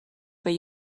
were